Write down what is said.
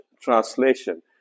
translation